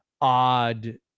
odd